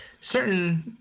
Certain